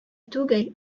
түгел